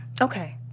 Okay